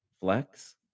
flex